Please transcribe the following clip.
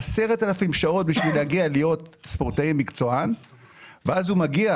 10,000 שעות בשביל להגיע להיות ספורטאי מקצוען ואז הוא מגיע